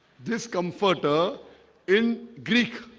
this comforter in greek